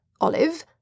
Olive